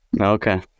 okay